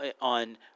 on